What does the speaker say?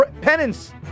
Penance